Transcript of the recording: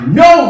no